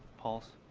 pulse.